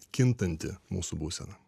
kintanti mūsų būsena